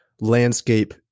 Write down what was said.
landscape